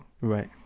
right